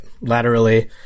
laterally